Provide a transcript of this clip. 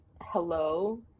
hello